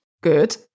Good